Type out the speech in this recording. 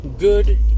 Good